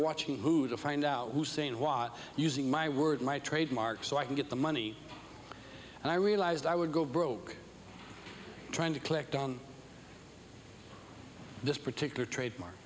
watching who to find out who's saying was using my word my trademark so i can get the money and i realized i would go broke trying to collect on this particular trademark